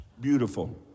Beautiful